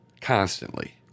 constantly